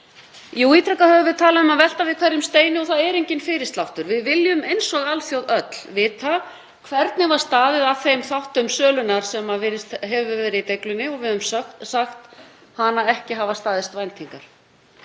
Jú, ítrekað höfum við talað um að velta við hverjum steini og það er enginn fyrirsláttur. Við viljum, eins og alþjóð öll, vita hvernig var staðið að þeim þáttum sölunnar sem hafa verið í deiglunni og við höfum sagt hana ekki hafa staðist væntingar.